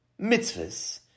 Mitzvahs